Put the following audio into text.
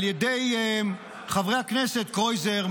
על ידי חברי הכנסת קרויזר,